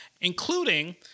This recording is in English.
including